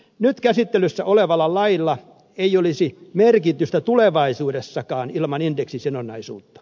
nyt käsittelyssä olevalla lailla ei olisi merkitystä tulevaisuudessakaan ilman indeksisidonnaisuutta